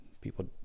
People